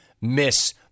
miss